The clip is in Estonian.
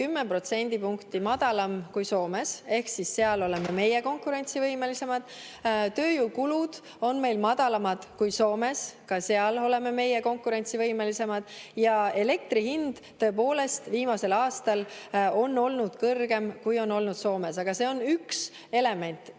protsendipunkti madalam kui Soomes, ehk seal oleme meie konkurentsivõimelisemad. Tööjõukulud on meil madalamad kui Soomes, ka seal oleme meie konkurentsivõimelisemad. Ja elektri hind tõepoolest viimasel aastal on olnud kõrgem, kui on olnud Soomes. Aga see on üks element,